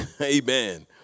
Amen